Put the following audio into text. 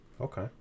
Okay